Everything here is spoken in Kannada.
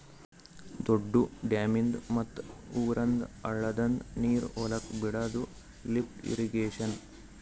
ದೊಡ್ದು ಡ್ಯಾಮಿಂದ್ ಮತ್ತ್ ಊರಂದ್ ಹಳ್ಳದಂದು ನೀರ್ ಹೊಲಕ್ ಬಿಡಾದು ಲಿಫ್ಟ್ ಇರ್ರೀಗೇಷನ್